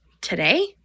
today